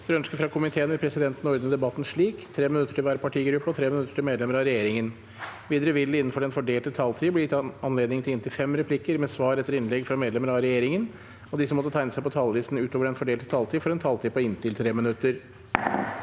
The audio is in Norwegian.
og sosialkomiteen vil presidenten ordne debatten slik: 3 minutter til hver partigruppe og 3 minutter til medlemmer av regjeringen. Videre vil det – innenfor den fordelte taletid – bli gitt anledning til inntil fem replikker med svar etter innlegg fra medlemmer av regjeringen, og de som måtte tegne seg på talerlisten utover den fordelte taletiden, får også en taletid på inntil 3 minutter.